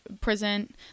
present